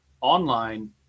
online